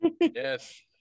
Yes